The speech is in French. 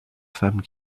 femme